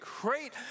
great